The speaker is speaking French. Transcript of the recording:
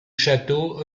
château